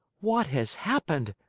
what has happened?